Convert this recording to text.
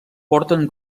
porten